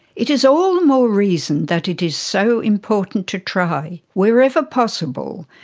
it is all the more reason that it is so important to try, wherever possible,